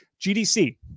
GDC